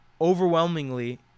overwhelmingly